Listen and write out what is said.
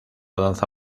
danza